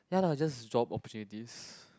ya lah just job opportunities